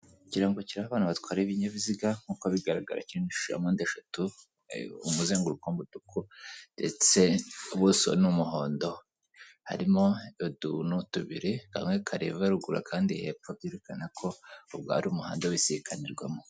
Ikirango kira abana batwara ibinyabiziga nk'uko bigaragara kshusho yapande eshatu umuzengurukombutuku ndetse ubuso n'umuhondo harimo utuntu tubirimwe kare ruguru kandi hepfo byerekana ko ubwo ari umuhanda ubisikanirwamo irwamo